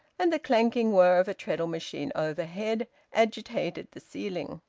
and the clanking whirr of a treadle-machine overhead agitated the ceiling.